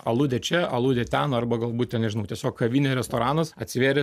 aludė čia aludė ten arba galbūt ten nežinau tiesiog kavinė restoranas atsivėręs